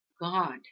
God